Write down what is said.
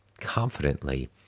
confidently